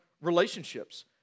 relationships